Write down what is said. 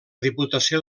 diputació